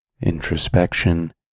introspection